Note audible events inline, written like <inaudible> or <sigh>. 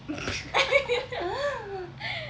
<laughs>